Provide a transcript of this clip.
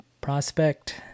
prospect